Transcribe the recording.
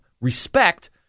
respect